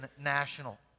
national